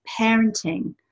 parenting